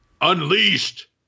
Unleashed